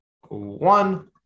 one